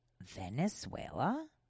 Venezuela